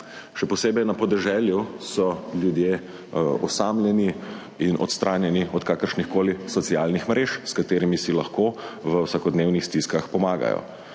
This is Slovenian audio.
še posebej na podeželju so ljudje osamljeni in odstranjeni od kakršnihkoli socialnih mrež, s katerimi si lahko v vsakodnevnih stiskah pomagajo.